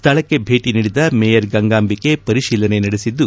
ಸ್ಥಳಕ್ಕೆ ಭೇಟಿ ನೀಡಿದ ಮೇಯರ್ ಗಂಗಾಂಭಿಕೆ ಪರಿತೀಲನೆ ನಡೆಸಿದ್ದು